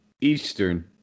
Eastern